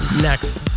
next